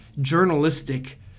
journalistic